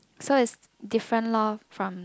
so is different lor from